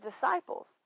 disciples